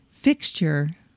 fixture